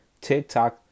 TikTok